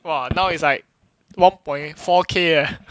!wah! now it's like one point four L eh